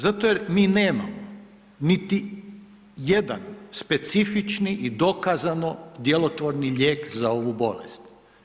Zato je mi nemamo niti jedan specifični i dokazano djelotvorni lijek za ovu bolest.